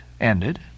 ended